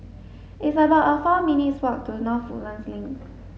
it's about four minutes' walk to North Woodlands Link